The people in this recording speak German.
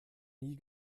nie